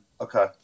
Okay